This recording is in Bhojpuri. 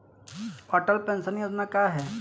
अटल पेंशन योजना का ह?